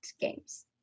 games